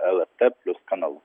lrt plius kanalu